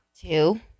Two